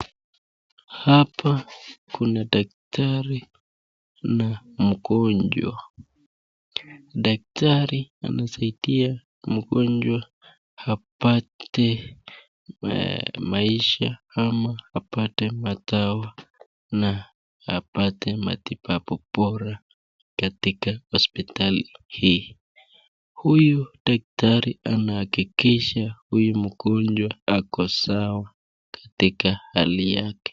Hapa kuna daktari na mgonjwa. Daktari anasaidia mgonjwa apate maisha ama apate madawa na apate matibabu bora katika hospitali hii. Huyu daktari anahakikisha huyu mgonjwa ako sawa katika hali yake.